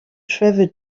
travel